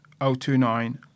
029